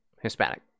Hispanic